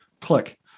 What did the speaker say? click